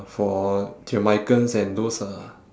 for jamaicans and those uh